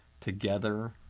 Together